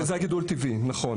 זה גידול טבעי, נכון.